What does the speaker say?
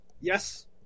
Yes